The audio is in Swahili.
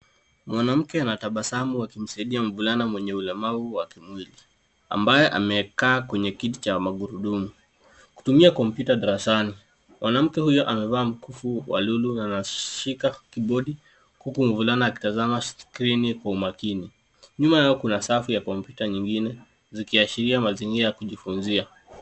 Mwanamke anatabasamu akimsaidia mvulana mwenye ulemavu wa kimwili, ambaye amekaa kwenye kiti cha magurudumu. Wakitumia kompyuta darasani, mwanamke huyo anashika kibodi huku mvulana akitazama skrini kwa makini. Kwa nyuma kuna safu ya kompyuta nyingine, zikionyesha mazingira ya kujifunzia.